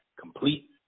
complete